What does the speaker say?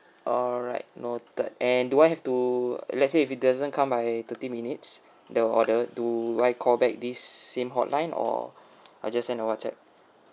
alright noted and do I have to let's say if it doesn't come by thirty minutes the order do I call back this same hotline or I just send a whatsapp